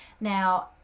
now